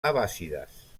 abbàssides